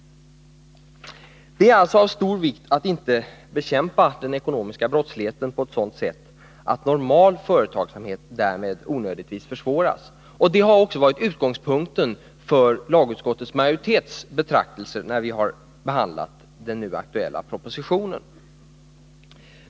Det är alltså av stor vikt att inte bekämpa den ekonomiska brottsligheten på sådant sätt att normal företagsamhet därmed onödigtvis försvåras. Det har också varit utgångspunkten för lagutskottets majoritets betraktelser när vi har behandlat den nu aktuella propositionen.